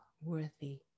worthy